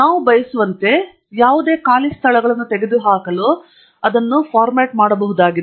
ನಾವು ಬಯಸುವಂತೆ ಯಾವುದೇ ಖಾಲಿ ಸ್ಥಳಗಳನ್ನು ತೆಗೆದುಹಾಕಲು ಅದನ್ನು ಫಾರ್ಮಾಟ್ ಮಾಡಬಹುದಾಗಿದೆ